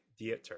Dieter